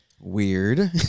Weird